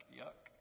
yuck